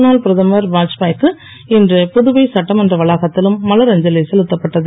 முன்னாள் பிரதமர் வாத்பாய் க்கு இன்று புதுவை சட்டமன்ற வளாகத்திலும் மலரஞ்சலி செலுத்தப்பட்டது